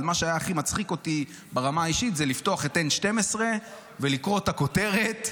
אבל מה שהכי הצחיק אותי ברמה האישית זה לפתוח את N12 ולקרוא את הכותרת,